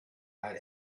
had